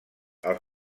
als